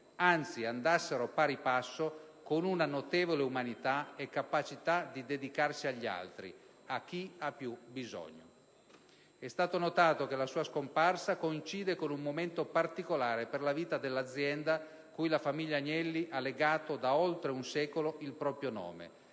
anzi andassero di pari passo con una notevole umanità e capacità di dedicarsi agli altri, a chi ha più bisogno. È stato notato che la scomparsa di Susanna Agnelli coincida con un momento particolare per la vita dell'azienda cui la famiglia Agnelli ha legato da oltre un secolo il proprio nome,